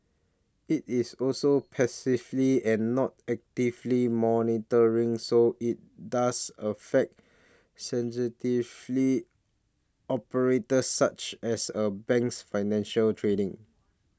it is also passively and not actively monitoring so it does affect sensitively operate such as a bank's financial trading